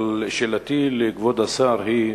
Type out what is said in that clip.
אבל שאלתי לכבוד השר היא: